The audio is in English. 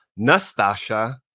Nastasha